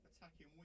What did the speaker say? attacking